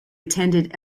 attended